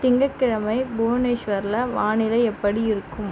திங்கட்கிழமை புவனேஷ்வரில் வானிலை எப்படி இருக்கும்